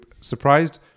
surprised